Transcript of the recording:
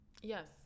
Yes